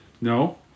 No